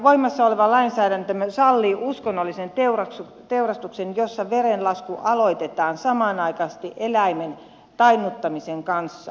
voimassa oleva lainsäädäntömme sallii uskonnollisen teurastuksen jossa verenlasku aloitetaan samanaikaisesti eläimen tainnuttamisen kanssa